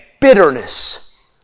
bitterness